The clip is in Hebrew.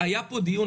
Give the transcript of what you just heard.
היה פה דיון,